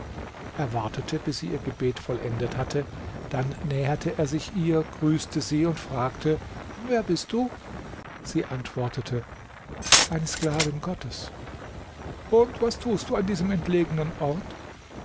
wartete bis sie ihr gebet vollendet hatte dann näherte er sich ihr grüßte sie und fragte wer bist du sie antwortete ein sklavin gottes und was tust du an diesem entlegenen ort